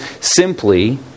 simply